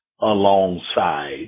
alongside